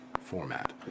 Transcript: format